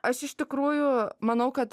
aš iš tikrųjų manau kad